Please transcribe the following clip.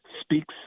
speaks